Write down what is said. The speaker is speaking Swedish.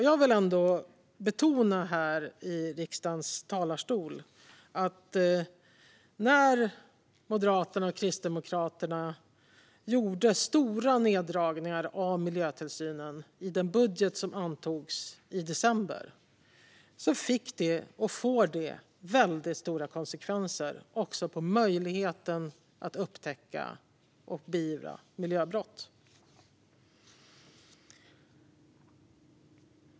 Jag vill här i riksdagen ändå betona att Moderaternas och Kristdemokraternas stora neddragningar av miljötillsynen i den budget som antogs i december får stora konsekvenser också för möjligheten att upptäcka och beivra miljöbrott.